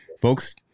folks